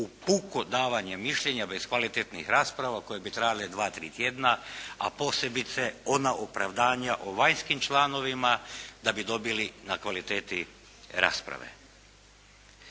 u puko davanje mišljenja bez davanja kvalitetnih rasprava koje bi trajale dva, tri tjedna, a posebice ona opravdanja o vanjskim članovima da bi dobili na kvaliteti rasprave.